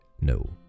no